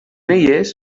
elles